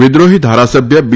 વિદ્રોહી ધારાસભ્ય બી